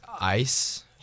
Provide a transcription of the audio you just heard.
ice